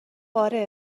آره